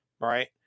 Right